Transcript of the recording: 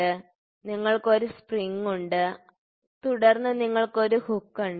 അതിനാൽ നിങ്ങൾക്ക് ഒരു സ്പ്രിങ്ങുണ്ട് തുടർന്ന് നിങ്ങൾക്ക് ഒരു ഹുക്ക് ഉണ്ട്